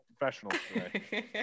professionals